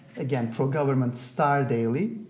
again pro-government star daily,